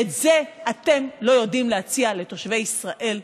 את זה אתם לא יודעים להציע לתושבי ישראל,